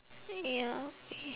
ya